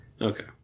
Okay